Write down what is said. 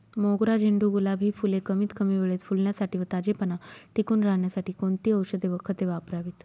मोगरा, झेंडू, गुलाब हि फूले कमीत कमी वेळेत फुलण्यासाठी व ताजेपणा टिकून राहण्यासाठी कोणती औषधे व खते वापरावीत?